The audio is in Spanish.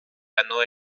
ganó